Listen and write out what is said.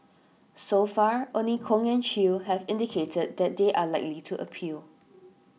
so far only Kong and Chew have indicated that they are likely to appeal